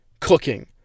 cooking